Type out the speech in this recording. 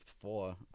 four